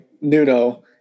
Nuno